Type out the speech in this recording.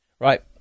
right